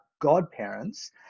godparents